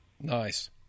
Nice